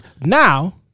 now